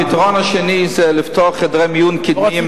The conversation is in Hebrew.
הפתרון השני זה לפתוח חדרי מיון קדמיים